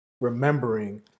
remembering